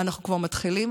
אנחנו כבר מתחילים,